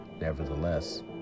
Nevertheless